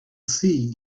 sea